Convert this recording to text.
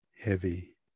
heavy